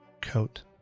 coat